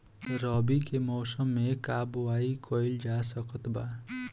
रवि के मौसम में का बोआई कईल जा सकत बा?